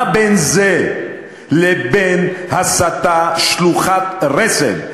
מה בין זה לבין הסתה שלוחת רסן?